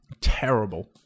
terrible